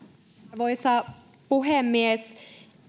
arvoisa puhemies